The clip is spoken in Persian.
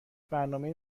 برنامه